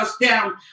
Down